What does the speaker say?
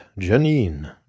Janine